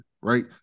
right